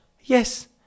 Yes